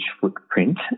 footprint